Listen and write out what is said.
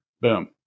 Boom